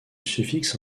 suffixe